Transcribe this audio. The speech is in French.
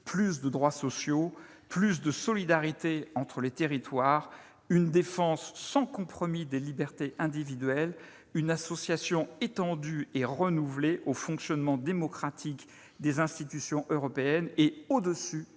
plus de droits sociaux, plus de solidarité entre les territoires, une défense sans compromis des libertés individuelles, une association étendue et renouvelée au fonctionnement démocratique des institutions européennes et, au-dessus